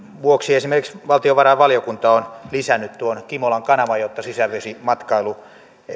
vuoksi esimerkiksi valtiovarainvaliokunta on lisännyt tuon kimolan kanavan jotta sisävesimatkailua